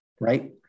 right